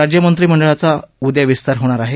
राज्यमंत्रीमंडाळाचा उद्या विस्तार होणार आहे